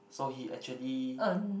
so he actually